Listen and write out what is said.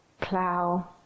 plow